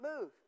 move